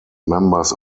members